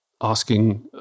asking